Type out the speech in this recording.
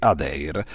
Adair